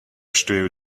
stuiu